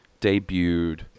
debuted